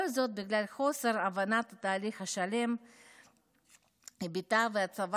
כל זאת בגלל חוסר הבנה בתהליך השלם והיבטיו והצבת